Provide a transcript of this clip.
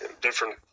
different